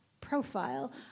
profile